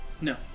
No